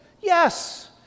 Yes